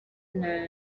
nta